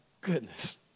goodness